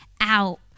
out